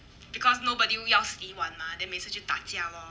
because nobody 又要洗碗 mah then 每次就打架 loh